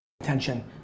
attention